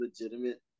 legitimate